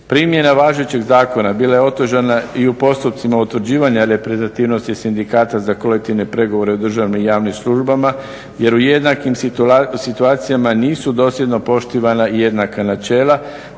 Primjena važećeg zakona bila je otežana i u postupcima utvrđivanja reprezentativnosti sindikata za kolektivne pregovore o državno javnim službama jer u jednakim situacijama nisu dosljedno poštivana i jednaka načela